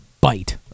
bite